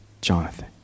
Jonathan